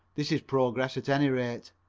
this is progress at any rate.